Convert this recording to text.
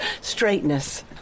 straightness